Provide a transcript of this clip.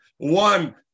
One